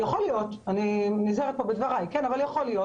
יכול להיות אני נזהרת פה בדבריי שהם